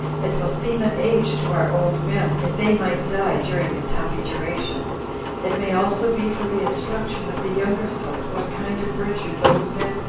it will seem an age to our old men, if they might die during its happy duration it may also be for the instruction of the younger sort, what kind of virtue those men,